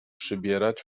przybierać